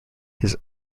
his